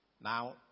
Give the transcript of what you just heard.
Now